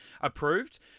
approved